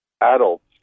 adults